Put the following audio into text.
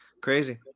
Crazy